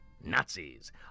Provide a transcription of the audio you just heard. Nazis